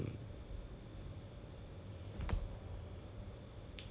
I don't know but what's your concept do you even have a concept for the house already